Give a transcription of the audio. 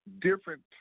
different